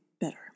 better